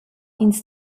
ins